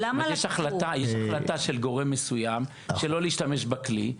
יש החלטה של גורם מסוים שלא להשתמש בכלי.